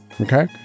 Okay